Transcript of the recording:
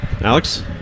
Alex